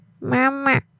Mama